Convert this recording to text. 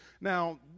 Now